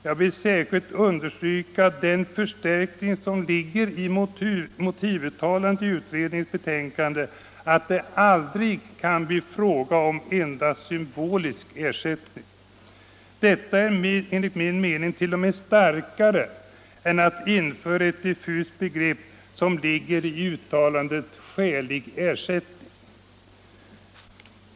Jag vill särskilt understryka den förstärkning som ligger i motivuttalandet i utredningens betänkande, att det aldrig kan bli fråga om endast symbolisk ersättning. Detta är enligt min mening t.o.m. starkare än att införa ett så diffust begrepp som ligger i uttalandet ”skälig ersättning”.